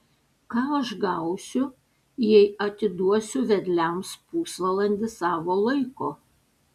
ką aš gausiu jei atiduosiu vedliams pusvalandį savo laiko